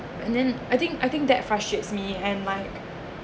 and then I think I think that frustrates me and might